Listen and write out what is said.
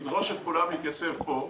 לדרוש מכולם להתייצב פה,